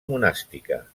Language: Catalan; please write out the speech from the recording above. monàstica